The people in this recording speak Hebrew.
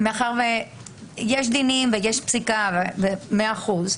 מאחר שיש דינים ויש פסיקה, מאה אחוז.